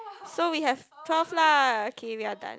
so we have twelve lah okay we are done